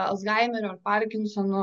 alzheimerio ar parkinsono